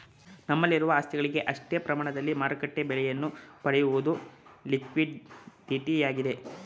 ನಮ್ಮಲ್ಲಿರುವ ಆಸ್ತಿಗಳಿಗೆ ಅಷ್ಟೇ ಪ್ರಮಾಣದ ಮಾರುಕಟ್ಟೆ ಬೆಲೆಯನ್ನು ಪಡೆಯುವುದು ಲಿಕ್ವಿಡಿಟಿಯಾಗಿದೆ